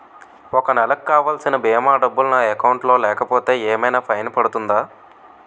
ఒక నెలకు కావాల్సిన భీమా డబ్బులు నా అకౌంట్ లో లేకపోతే ఏమైనా ఫైన్ పడుతుందా?